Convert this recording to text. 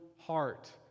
heart